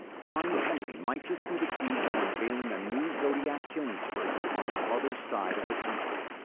connie henly might just be the key to unveiling a new zodiac killing spree on the other side of the country.